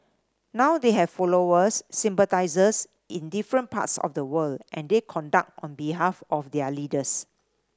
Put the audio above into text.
now they have followers sympathisers in different parts of the world and they conduct on behalf of their leaders